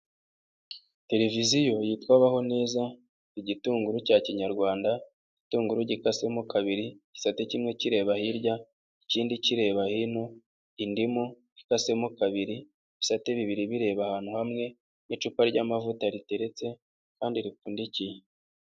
Televiziyo yitwa Baho neza, igitunguru cya kinyarwanda, igitunguru gikasemo kabiri, gisate kimwe kireba hirya ikindi kireba hino, indimu ikasemo kabiri, ibisate bibiri bireba ahantu hamwe n'icupa ry'amavuta riteretse kandi ripfundikiye.